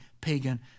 pagan